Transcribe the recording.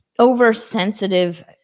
Oversensitive